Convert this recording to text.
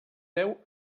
deu